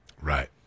Right